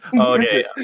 Okay